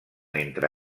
entre